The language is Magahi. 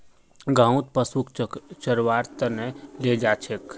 गाँउत पशुक चरव्वार त न ले जा छेक